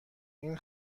این